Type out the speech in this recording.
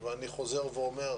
יהודים וערבים,